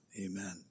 amen